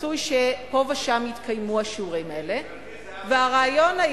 רצוי שפה ושם יתקיימו השיעורים האלה, והרעיון,